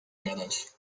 gadać